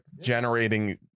generating